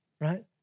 right